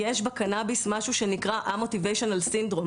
יש בקנאביס משהו שנקרא: Amotivational syndrome.